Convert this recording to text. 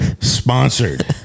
sponsored